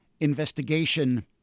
investigation